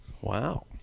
Wow